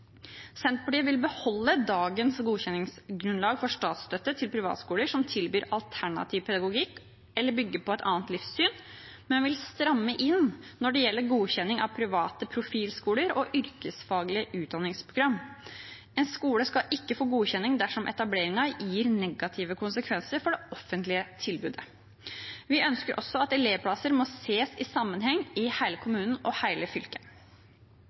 Senterpartiet vil beholde dagens godkjenningsgrunnlag for statsstøtte til privatskoler som tilbyr alternativ pedagogikk eller bygger på et annet livssyn, men vil stramme inn når det gjelder godkjenning av private profilskoler og yrkesfaglige utdanningsprogram. En skole skal ikke få godkjenning dersom etableringen gir negative konsekvenser for det offentlige tilbudet. Vi ønsker også at elevplasser må ses i sammenheng i hele kommunen og hele fylket.